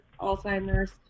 alzheimer's